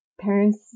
Parents